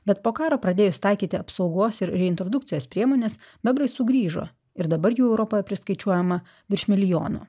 bet po karo pradėjus taikyti apsaugos ir reintrodukcijos priemones bebrai sugrįžo ir dabar jų europoje priskaičiuojama virš milijono